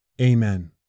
Amen